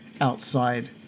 outside